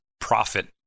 profit